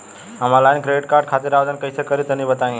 हम online credit card खातिर आवेदन कइसे करि तनि बताई?